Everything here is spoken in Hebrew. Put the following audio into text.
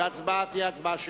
וההצבעה תהיה הצבעה שמית.